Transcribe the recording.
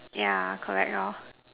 yeah correct